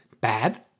bad